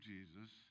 Jesus